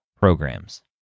programs